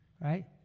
right